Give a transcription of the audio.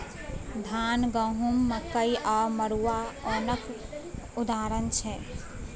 धान, गहुँम, मकइ आ मरुआ ओनक उदाहरण छै